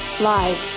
live